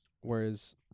whereas